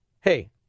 Hey